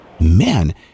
man